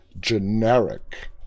generic